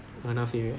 oh north area